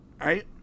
right